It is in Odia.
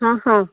ହଁ ହଁ